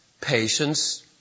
patience